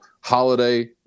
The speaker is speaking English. holiday